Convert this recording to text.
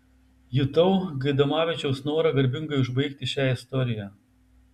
jutau gaidamavičiaus norą garbingai užbaigti šią istoriją